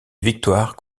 victoire